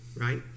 right